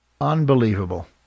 Unbelievable